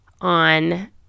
on